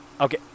okay